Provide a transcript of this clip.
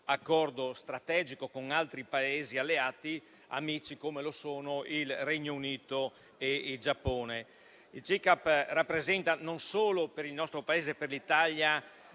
accordo strategico con altri Paesi alleati e amici, come lo sono il Regno Unito e il Giappone. Il GCAP rappresenta, per il nostro Paese, un'opportunità